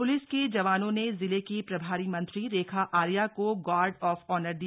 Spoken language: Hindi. प्लिस के जवानों ने जिले की प्रभारी मंत्री रेखा आर्या को गार्ड ऑफ ऑनर दिया